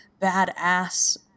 badass